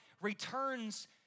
returns